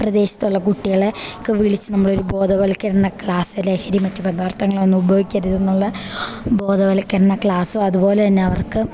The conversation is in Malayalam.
പ്രദേശത്തുള്ള കുട്ടികളെ ഒക്കെ വിളിച്ച് നമ്മളൊരു ബോധവൽക്കരണ ക്ലാസ് ലഹരി മറ്റു പദാർത്ഥങ്ങളൊന്നും ഉപയോഗിക്കരുതെന്നുള്ള ബോധവൽക്കരണ ക്ലാസ്സോ അതുപോലെ തന്നെ അവർക്ക്